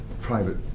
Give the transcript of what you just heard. private